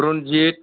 Ranjit